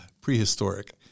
Prehistoric